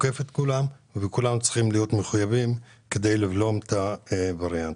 תוקף את כולנו וכולנו צריכים להיות מחויבים לבלום את הווריאנט.